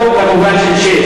שלוש דקות במובן של שש.